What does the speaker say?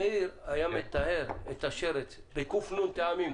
מאיר היה מטהר את השרץ בק"נ טעמים,